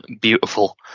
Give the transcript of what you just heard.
beautiful